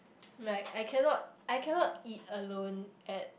like I cannot I cannot eat alone at